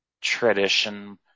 tradition